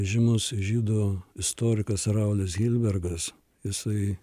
žymus žydų istorikas raulis hilbergas jisai